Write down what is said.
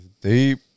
deep